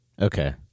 Okay